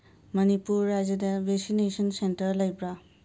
Manipur raised vaccination centre ꯂꯩꯕ꯭ꯔꯥ